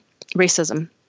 racism